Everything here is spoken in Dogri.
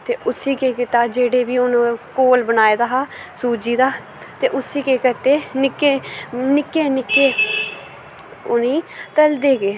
ते उस्सी केह् कीता घोल बनाऐ दा हा सूजी दा ते उस्सी केह् कीता निक्के निक्के निक्के उनेंई तलदे गे